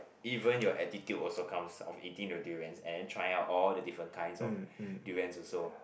even your attitude also comes of eating the durians and trying out all the different kinds of durians also